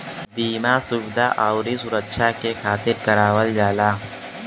बीमा सुविधा आउर सुरक्छा के खातिर करावल जाला